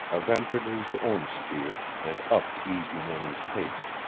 aventred his own spear, and upped easy money's pace.